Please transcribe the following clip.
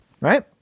right